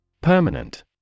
Permanent